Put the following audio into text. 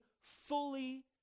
fully